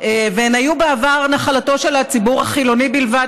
והן היו בעבר נחלתו של הציבור החילוני בלבד,